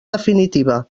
definitiva